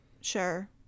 sure